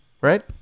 right